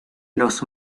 los